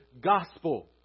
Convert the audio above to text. gospel